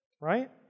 Right